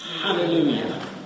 Hallelujah